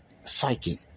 psychic